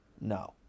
No